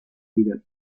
piratas